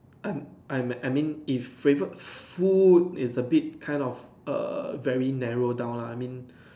I'm I'm I mean if favorite food is a bit kind of err very narrow down lah I mean